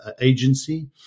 agency